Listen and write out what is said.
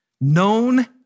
known